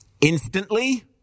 instantly